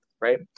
right